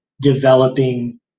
developing